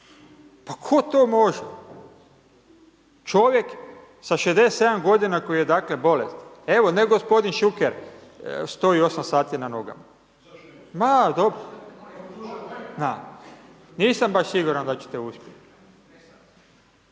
Pa tko to može? Čovjek sa 67 g. koji je dakle bolestan. Evo, ne gospodin Šuker, stoji 8 sati na nogama. …/Upadica se ne čuje./… Nisam baš siguran da ćete uspjeti.